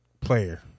player